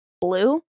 blue